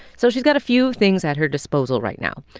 so she's got a few things at her disposal right now.